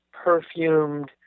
perfumed